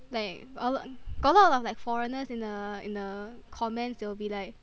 like a lot got a lot of foreigners in the in the comments they will be like